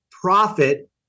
profit